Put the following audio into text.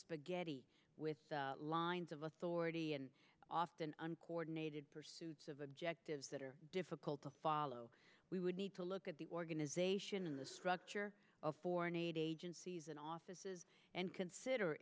spaghetti with the lines of authority and often uncoordinated pursuits of objectives that are difficult to follow we would need to look at the organization and the structure of foreign aid agencies and offices and consider